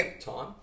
time